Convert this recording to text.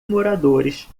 moradores